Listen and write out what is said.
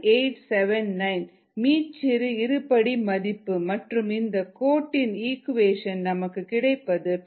9879 மீச்சிறு இருபடி மதிப்பு மற்றும் இந்த கோடின் இக்குவேஷன் நமக்கு கிடைப்பது 58